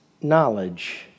knowledge